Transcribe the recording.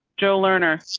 joe learner.